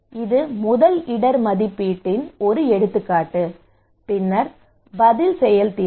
இது முதல் இடர் மதிப்பீட்டின் ஒரு எடுத்துக்காட்டு பின்னர் பதில் செயல்திறன்